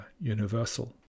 universal